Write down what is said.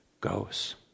goes